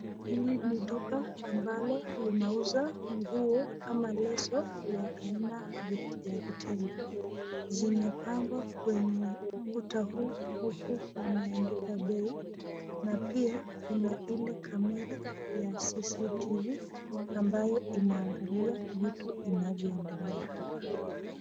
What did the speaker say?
Hili ni duka ambalo linauzwa nguo ama leso ya aina ya vitenge, zimepangwa kwenye ukuta huu huku wameandika bei na pia kuna ile (cs) camera(cs) ya CCTV ambayo inaangalia vitu inavyoendelea hapa.